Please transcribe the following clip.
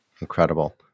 Incredible